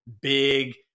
big